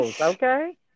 Okay